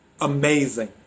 amazing